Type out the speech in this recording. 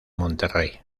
monterrey